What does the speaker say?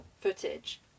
footage